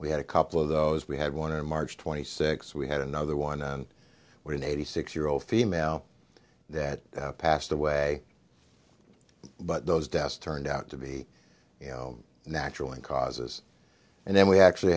we had a couple of those we had one in march twenty six we had another one and what an eighty six year old female that passed away but those deaths turned out to be you know natural and causes and then we actually